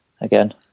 again